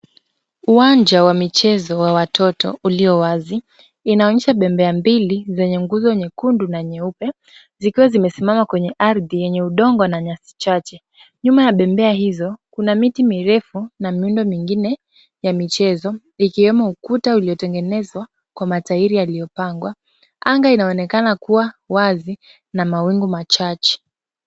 Uwanja wa michezo wa watoto ulio wazi. Inaonyesha bembea mbili zenye nguzo nyekundu na nyeupe zikiwa zimesimama kwenye ardhi yenye udongo na nyasi chache. Nyuma ya bembea hizo kuna miti mirefu na miundo mingine ya michezo, ikiwemo ukuta uliotengenezwa kwa matairi yaliyopangwa. Anga inaonekana kuwa wazi na mawingu machache.